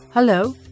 Hello